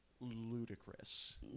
ludicrous